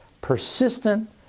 persistent